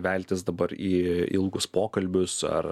veltis dabar į ilgus pokalbius ar